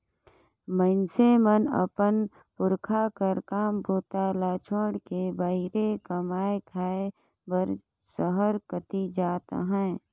मइनसे मन अपन पुरखा कर काम बूता ल छोएड़ के बाहिरे कमाए खाए बर सहर कती जात अहे